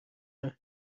راه